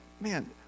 man